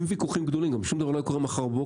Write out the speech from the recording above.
עם ויכוחים גדולים שום דבר גם לא היה קורה מחר בבוקר,